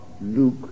Luke